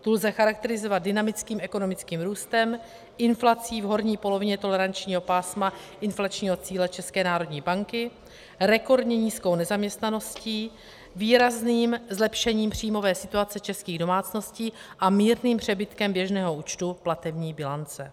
Tu lze charakterizovat dynamickým ekonomickým růstem, inflací v horní polovině tolerančního pásma inflačního cíle České národní banky, rekordně nízkou nezaměstnaností, výrazným zlepšením příjmové situace českých domácností a mírným přebytkem běžného účtu platební bilance.